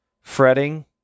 Fretting